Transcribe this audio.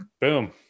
Boom